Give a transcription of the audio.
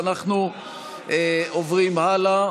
לפיכך אנחנו עוברים להצבעה